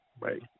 Right